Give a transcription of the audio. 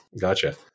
gotcha